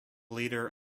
leader